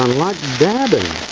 like dabbing.